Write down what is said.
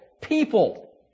people